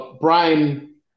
Brian